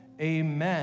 amen